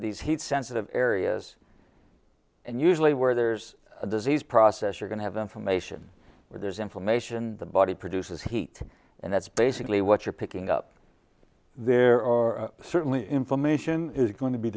these heat sensitive areas and usually where there's a disease process are going to have information where there's information the body produces heat and that's basically what you're picking up there are certainly information is going to be